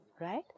Right